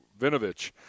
Vinovich